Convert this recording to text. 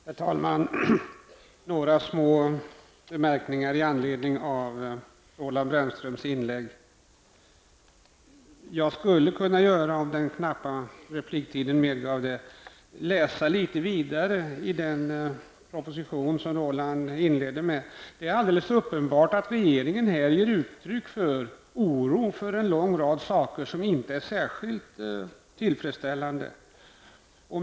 Herr talman! Jag har några små anmärkningar i anledning av Roland Brännströms inlägg. Om den knappa repliktiden medgav det skulle jag kunna läsa litet i den proposition som Roland Brännström inledde med. Det är alldeles uppenbart att regeringen ger uttryck för oro för en lång rad saker som inte är särskilt tillfredsställande.